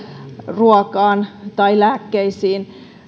ruokaan tai lääkkeisiin